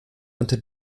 unter